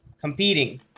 competing